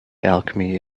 alchemy